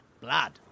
Blood